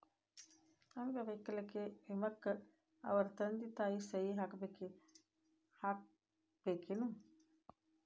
ಅಂಗ ವೈಕಲ್ಯ ವಿಮೆಕ್ಕ ಅವರ ತಂದಿ ತಾಯಿ ಸಹಿ ಹಾಕಸ್ಬೇಕೇನು?